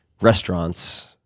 restaurants